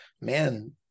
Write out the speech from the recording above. man